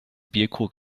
bierkrug